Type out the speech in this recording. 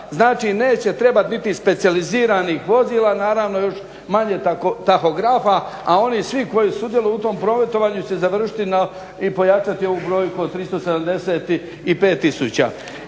Znači neće trebati niti specijaliziranih vozila, naravno još manje tahografa. A oni svi koji sudjeluju u tom prometovanju će završiti na, i pojačati ovu brojku od 375 tisuća.